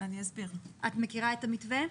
את מכירה את המתווה?